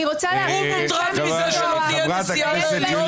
הוא מוטרד מזה שלא תהיה נשיאה לעליון?